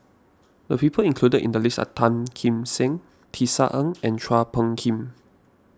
the people included in the list are Tan Kim Seng Tisa Ng and Chua Phung Kim